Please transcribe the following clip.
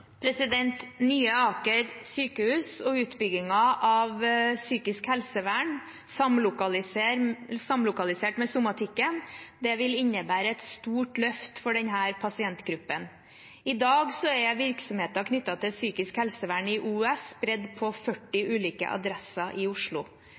Nye Aker sykehus og utbyggingen av psykisk helsevern, samlokalisert med somatikken, vil innebære et stort løft for denne pasientgruppen. I dag er virksomheten knyttet til psykisk helsevern i OUS spredt på 40